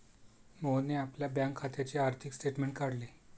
मोहनने आपल्या बँक खात्याचे आर्थिक स्टेटमेंट काढले